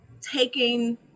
taking